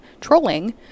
trolling